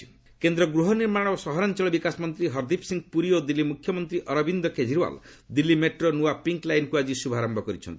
Delhi metro କେନ୍ଦ୍ର ଗୃହ ନିର୍ମାଣ ଓ ସହରାଞ୍ଚଳ ବିକାଶ ମନ୍ତ୍ରୀ ହର୍ଦୀପ୍ ସିଂ ପୁରୀ ଓ ଦିଲ୍ଲୀ ମୁଖ୍ୟମନ୍ତ୍ରୀ ଅରବିନ୍ଦ୍ କେଜରିୱାଲ୍ ଦିଲ୍ଲୀ ମେଟ୍ରୋର ନୂଆ ପିଙ୍କ୍ ଲାଇନ୍କୁ ଆଜି ଶୁଭାରମ୍ଭ କରିଛନ୍ତି